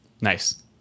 Nice